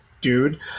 dude